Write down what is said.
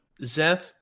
Zeth